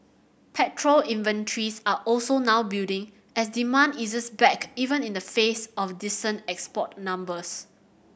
petrol inventories are also now building as demand eases back even in the face of decent export numbers